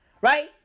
Right